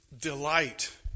delight